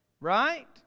Right